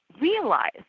realize